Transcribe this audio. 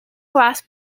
glass